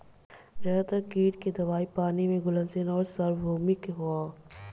ज्यादातर कीट के दवाई पानी में घुलनशील आउर सार्वभौमिक ह?